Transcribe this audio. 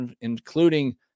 including